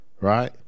Right